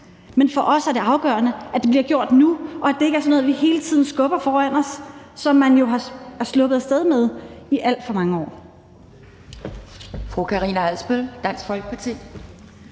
Men for os er det afgørende, at det bliver gjort nu, og at det ikke er sådan noget, vi hele tiden skubber foran os, hvilket man jo er sluppet af sted med i alt for mange år.